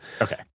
Okay